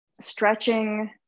stretching